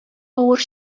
авыр